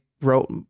wrote